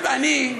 אני,